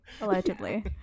Allegedly